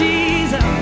Jesus